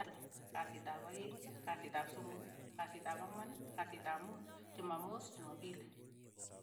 Chumatatu, kasit ap aeng', kasit ap somok. kasit ap angwan, kasit ap muut, chumamos, chuma pili.